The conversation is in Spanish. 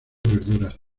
verduras